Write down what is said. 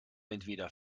entweder